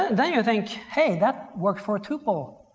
then you think hey, that worked for a tuple.